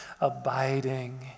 abiding